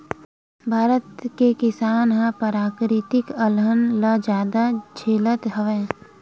भारत के किसान ह पराकिरितिक अलहन ल जादा झेलत हवय